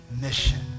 mission